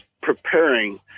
preparing